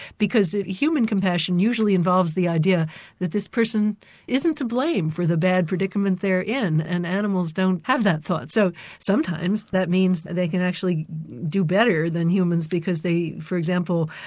because human compassion usually involves the idea that this person isn't to blame for the bad predicament they're in, and animals don't have that thought. so sometimes that means they can actually do better than humans, because they, for example,